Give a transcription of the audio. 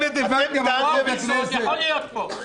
משותפת הבנתי --- חוק-יסוד יכול להיות פה.